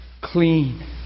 clean